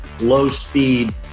low-speed